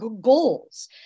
goals